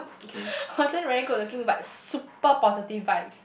wasn't very good looking but super positive vibes